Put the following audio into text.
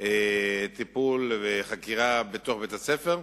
טיפול וחקירה בתוך בית-הספר,